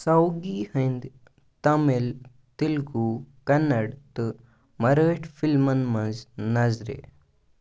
سو گی ہٕندۍ تامِل ، تیلگوٗ، كننڈ تہٕ مرٲٹھۍ فِلمن منٛز نظرِ